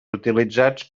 utilitzats